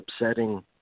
upsetting